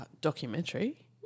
Documentary